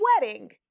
wedding